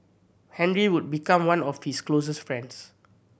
Henry would become one of his closest friends